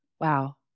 wow